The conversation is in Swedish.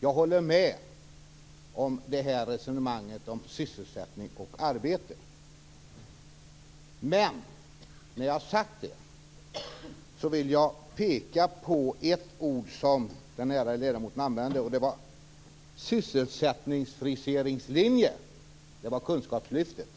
Jag instämmer i resonemanget om sysselsättning och arbete. Men jag vill peka på ett ord som ledamoten använde, och det var sysseslättningsfriseringslinje, dvs. kunskapslyftet.